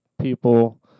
people